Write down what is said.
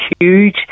huge